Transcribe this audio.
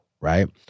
Right